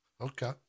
Okay